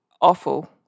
Awful